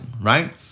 right